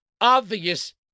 obvious